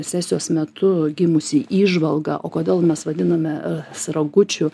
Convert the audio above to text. sesijos metu gimusi įžvalga o kodėl mes vadinamės ragučiu